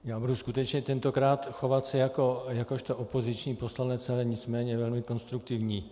Já se budu skutečně tentokrát chovat jakožto opoziční poslanec, ale nicméně velmi konstruktivní.